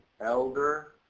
elder